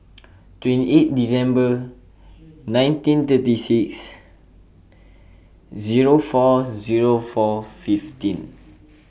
twenty eight December nineteen thirty six Zero four Zero four fifteen